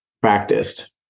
practiced